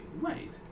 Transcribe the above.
right